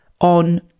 on